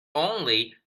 only